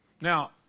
Now